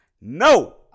no